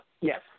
Yes